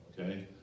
Okay